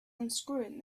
unscrewing